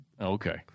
Okay